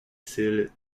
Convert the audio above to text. cils